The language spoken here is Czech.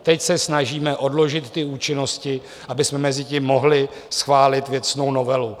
Teď se snažíme odložit ty účinnosti, abychom mezitím mohli schválit věcnou novelu.